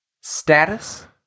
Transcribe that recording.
status